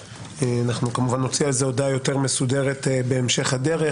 אנחנו כמובן נוציא על זה הודעה יותר מסודרת בהמשך הדרך.